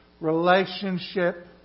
relationship